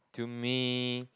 to me